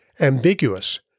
ambiguous